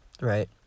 right